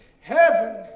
Heaven